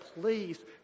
Please